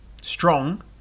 Strong